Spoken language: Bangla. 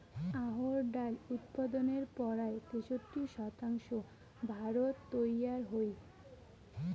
অহর ডাইল উৎপাদনের পরায় তেষট্টি শতাংশ ভারতত তৈয়ার হই